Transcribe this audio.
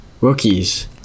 Rookies